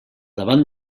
davant